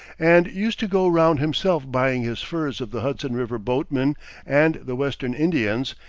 and used to go round himself buying his furs of the hudson river boatmen and the western indians,